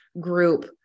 group